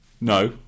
No